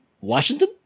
Washington